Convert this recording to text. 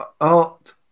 art